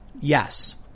yes